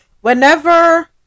whenever